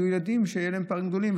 יהיו ילדים שיהיו להם פערים גדולים,